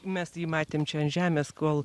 mes jį matėm ant žemės kol